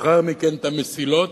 ולאחר מכן את המסילות,